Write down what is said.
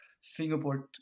fingerboard